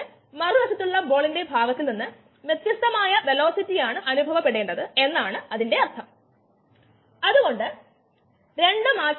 ഇത് ഒരു reversible reaction ആണ് ഇത് ഒരു എൻസൈം സബ്സ്ട്രേറ്റ് ആണ്